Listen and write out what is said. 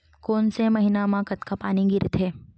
कोन से महीना म कतका पानी गिरथे?